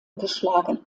geschlagen